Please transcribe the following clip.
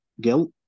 guilt